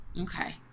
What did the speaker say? okay